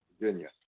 Virginia